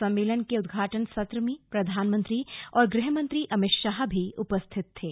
सम्मेलन के उद्घाटन सत्र में प्रधानमंत्री और गृह मंत्री अमित शाह भी उपस्थित थे